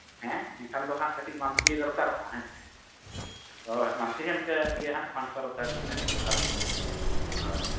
ᱦᱮᱸᱜ ᱮᱱᱠᱷᱟᱱ ᱫᱚ ᱠᱟᱹᱴᱤᱡᱽ ᱢᱟᱱᱛᱷᱞᱤ ᱫᱚᱨᱠᱟᱨᱚᱜᱼᱟ ᱦᱮᱸᱥᱮ ᱦᱳᱭ ᱢᱟᱱᱛᱷᱞᱤ ᱤᱱᱠᱟᱹ ᱤᱭᱟᱹ ᱦᱟᱸᱜ ᱯᱟᱸᱪ ᱥᱚ ᱴᱟᱠᱟ ᱠᱟᱛᱮᱫ ᱫᱚᱨᱠᱟᱨᱚᱜᱼᱟ ᱦᱟᱸᱜ ᱦᱳᱭ